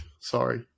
Sorry